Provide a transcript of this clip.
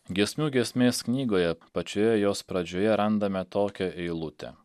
giesmių giesmės knygoje pačioje jos pradžioje randame tokią eilutę